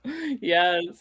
yes